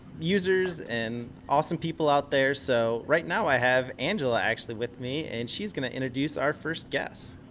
users and awesome people out there. so right now i have angela actually with me and she's gonna introduce our first guest.